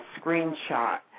screenshot